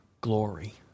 glory